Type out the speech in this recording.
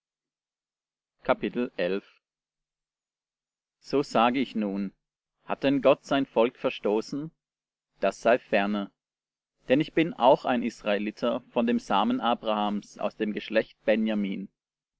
so sage ich nun hat denn gott sein volk verstoßen das sei ferne denn ich bin auch ein israeliter von dem samen abrahams aus dem geschlecht benjamin